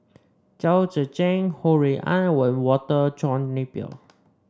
Chao Tzee Cheng Ho Rui An and Walter John Napier